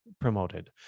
promoted